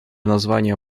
название